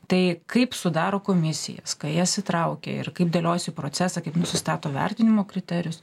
tai kaip sudaro komisijas ką į jas įtraukia ir kaip dėliojasi procesą kaip nustato vertinimo kriterijus